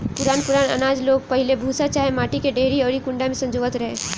पुरान पुरान आनाज लोग पहिले भूसा चाहे माटी के डेहरी अउरी कुंडा में संजोवत रहे